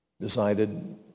decided